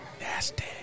Nasty